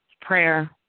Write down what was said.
prayer